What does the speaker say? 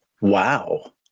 Wow